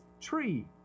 tree